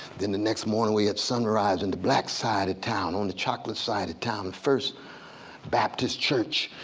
then the next morning we at sunrise and the black side of town, on the chocolate side of town, first baptist church,